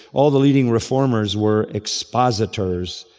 all the leading reformers were expositors.